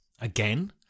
again